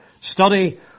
study